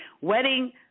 wedding